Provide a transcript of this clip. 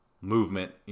movement